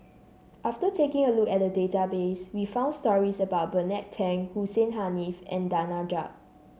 after taking a look at the database we found stories about Bernard Tan Hussein Haniff and Danaraj